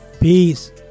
Peace